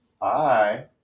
Hi